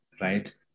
right